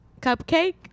Cupcake